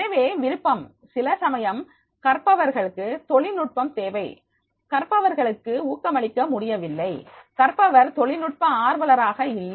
எனவே விருப்பம் சில சமயம் கற்பவர்களுக்கு தொழில்நுட்பம் தேவை கற்பவர்களுக்கு ஊக்கமளிக்க முடியவில்லை கற்பவர் தொழில்நுட்ப ஆர்வலராக இல்லை